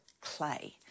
clay